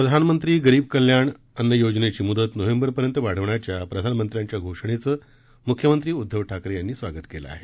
प्रधानमंत्री गरीब कल्याण अन्न योजनेची म्दत नोव्हेंबरपर्यंत वाढवण्याच्या प्रधानमंत्र्यांच्या घोषणेचं म्ख्यमंत्री उद्धव ठाकरे यांनी स्वागत केलं आहे